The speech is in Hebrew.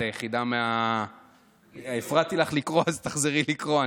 את היחידה, הפרעתי לך לקרוא, אז תחזרי לקרוא.